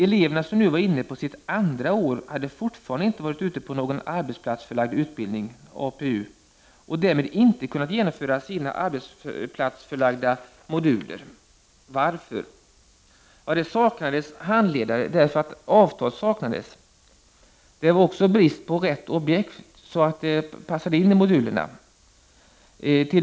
Eleverna, som nu var inne på sitt andra år, hade fortfarande inte varit ute på någon arbetsplatsförlagd utbildning och därmed inte kunnat genomföra sina arbetsplatsförlagda moduler. Varför? Det fanns inte handledare därför att avtal saknades. Det var också brist på ”rätt” objekt, så det passade ini modulerna.